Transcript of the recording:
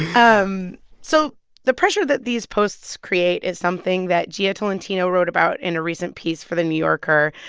um so the pressure that these posts create is something that jia tolentino wrote about in a recent piece for the new yorker.